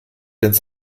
ins